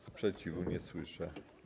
Sprzeciwu nie słyszę.